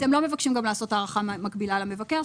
אתם לא מבקשים גם לעשות הארכה מקבילה למבקר.